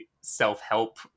self-help